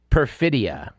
Perfidia